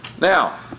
Now